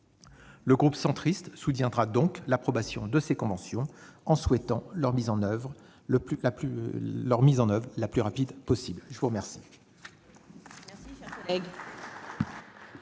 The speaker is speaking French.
Le groupe Union Centriste soutiendra donc l'approbation de ces conventions, en souhaitant leur mise en oeuvre la plus rapide possible. La parole